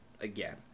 again